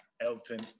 elton